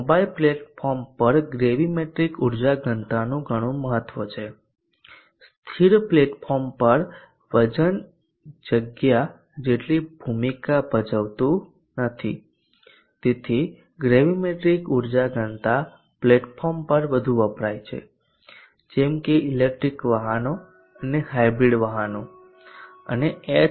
mobile platform પર gravimetric ઉર્જા ઘનતાનું ઘણું મહત્વ છે સ્થિર પ્લેટફોર્મ પર વજન જગ્યા જેટલી ભૂમિકા ભજવતું નથી તેથી ગ્રેવીમેટ્રિક ઉર્જા ઘનતા મોબાઇલ પ્લેટફોર્મ પર વધુ વપરાય છે જેમ કે ઇલેક્ટ્રિક વાહનો અને હાયબ્રિડ ઇલેક્ટ્રિક વાહનો ઇવી અને એચ